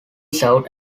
served